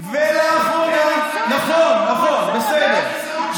נכון, נכון, בסדר.